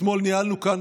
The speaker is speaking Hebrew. אתמול ניהלנו כאן,